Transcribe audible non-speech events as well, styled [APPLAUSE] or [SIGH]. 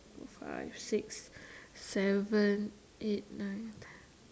five six [BREATH] seven eight nine ten